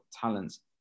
talents